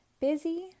Busy